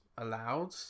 allowed